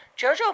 Jojo